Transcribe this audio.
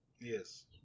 Yes